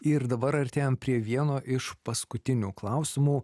ir dabar artėjam prie vieno iš paskutinių klausimų